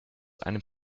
einem